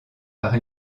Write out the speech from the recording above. par